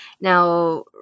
Now